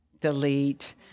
delete